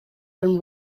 been